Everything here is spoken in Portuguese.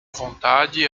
vontade